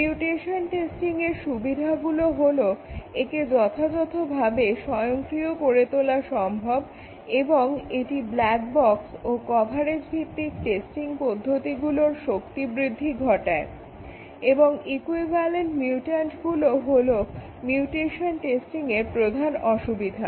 mutation টেস্টিংয়ের সুবিধাগুলো হলো একে যথাযথভাবে স্বয়ংক্রিয় করে তোলা সম্ভব এবং এটি ব্ল্যাক বক্স ও কভারেজ ভিত্তিক টেস্টিং পদ্ধতিগুলোর শক্তি বৃদ্ধি ঘটায় এবং ইকুইভালেন্ট মিউট্যান্টগুলো হলো মিউটেশন টেস্টিংয়ের প্রধান অসুবিধা